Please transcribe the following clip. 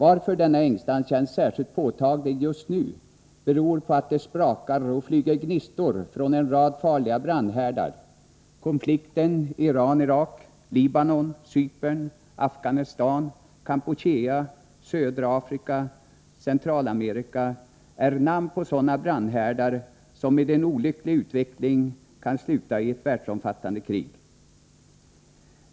Att denna ängslan känns särskilt påtaglig just nu beror på att det sprakar och flyger gnistor från en rad farliga brandhärdar; konflikten Iran-Irak, Libanon, Cypern, Afghanistan, Kampuchea, Södra Afrika, Centralamerika är sådana brandhärdar, som med en olycklig utveckling kan sluta i ett världsomfattande krig.